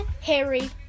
Harry